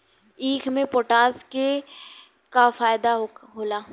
ईख मे पोटास के का फायदा होला?